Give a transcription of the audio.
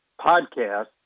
podcast